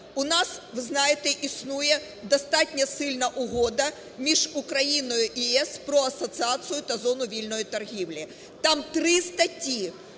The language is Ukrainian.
У нас, ви знаєте, існує достатньо сильна Угода між Україною і ЄС про асоціацію та зону вільної торгівлі. Там три статті